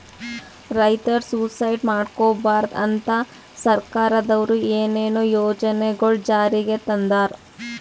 ರೈತರ್ ಸುಯಿಸೈಡ್ ಮಾಡ್ಕೋಬಾರ್ದ್ ಅಂತಾ ಸರ್ಕಾರದವ್ರು ಏನೇನೋ ಯೋಜನೆಗೊಳ್ ಜಾರಿಗೆ ತಂದಾರ್